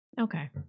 Okay